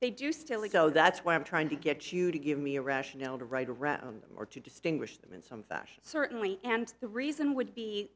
they do still ego that's why i'm trying to get you to give me a rationale to right around or to distinguish them in some fashion certainly and the reason would be